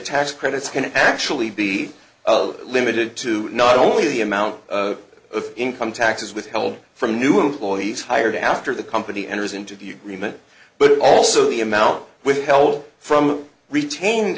tax credits can actually be limited to not only the amount of income taxes withheld from new employees hired after the company enters into the remit but also the amount withheld from retained